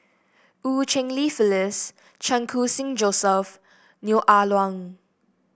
Eu Cheng Li Phyllis Chan Khun Sing Joseph Neo Ah Luan